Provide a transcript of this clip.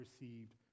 received